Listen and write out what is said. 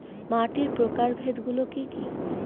মাটির প্রকারভেদ গুলো কি কী?